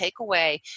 takeaway